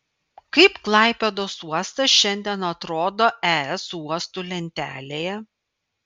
kaip klaipėdos uostas šiandien atrodo es uostų lentelėje